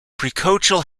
precocial